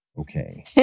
Okay